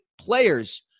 players